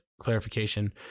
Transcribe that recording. clarification